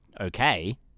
okay